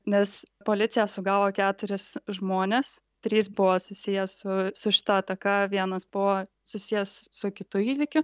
nes policija sugavo keturis žmones trys buvo susiję su su šita ataka vienas buvo susijęs su kitu įvykiu